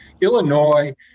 Illinois